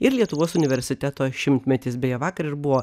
ir lietuvos universiteto šimtmetis beje vakar ir buvo